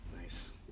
Nice